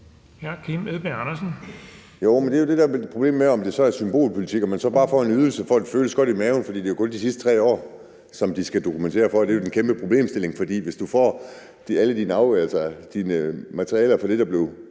det er jo det, der er problemet med, om det så er symbolpolitik, og om man så bare får en ydelse, for at det føles godt i maven, for det er jo kun de sidste 3 år, de skal dokumentere for. Det er en kæmpe problemstilling. For hvis du får alle dine materialer fra det, der blev